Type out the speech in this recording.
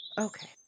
Okay